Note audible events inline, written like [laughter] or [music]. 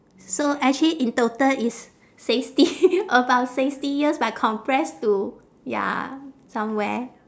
so actually in total it's sixty [laughs] about sixty years but compress to ya somewhere